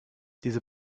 diese